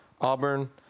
Auburn